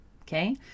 Okay